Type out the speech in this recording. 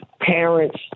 parents